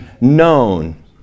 known